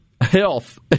health